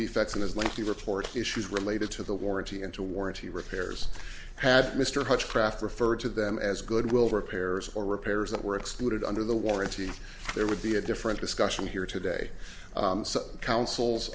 his lengthy report issues related to the warranty and to warranty repairs had mr hutch craft referred to them as goodwill repairs or repairs that were excluded under the warranty there would be a different discussion here today subcouncils